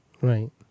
Right